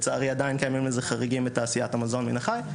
לצערי עדיין קיימים לזה חריגים בתעשיית המזון מן החי,